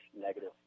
negative